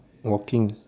walking